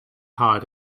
hired